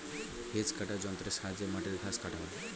hedge cutter যন্ত্রের সাহায্যে মাটির ঘাস কাটা হয়